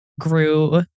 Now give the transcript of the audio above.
grew